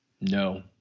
No